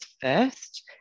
first